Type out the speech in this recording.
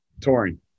Touring